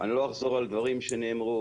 אני לא אחזור על דברים שנאמרו,